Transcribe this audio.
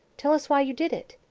tell us why you did it?